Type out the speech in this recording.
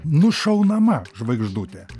nušaunama žvaigždutė